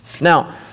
Now